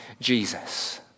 Jesus